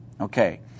okay